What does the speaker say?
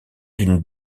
d’une